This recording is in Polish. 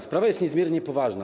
Sprawa jest niezmiernie poważna.